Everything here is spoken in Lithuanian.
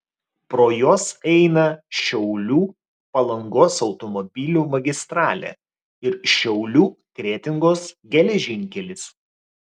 pro juos eina šiaulių palangos automobilių magistralė ir šiaulių kretingos geležinkelis